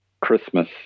Christmas